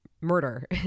murder